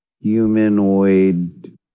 humanoid